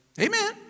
Amen